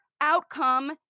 outcome